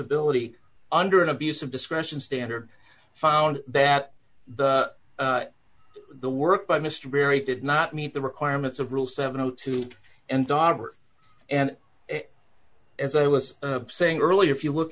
ibility under an abuse of discretion standard found that the the work by mr berry did not meet the requirements of rule seven o two and dr and as i was saying earlier if you look